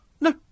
No